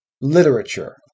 literature